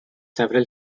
several